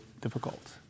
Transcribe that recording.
difficult